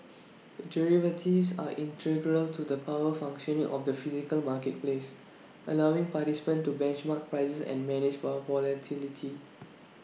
derivatives are integral to the proper functioning of the physical marketplace allowing participants to benchmark prices and manage volatility